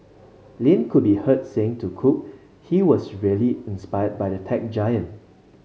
Lin could be heard saying to Cook he was really inspired by the tech giant